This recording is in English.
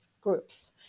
groups